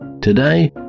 today